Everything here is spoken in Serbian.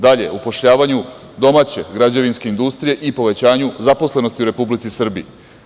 Dalje, upošljavanju domaće građevinske industrije i povećanju zaposlenosti u Republici Srbije.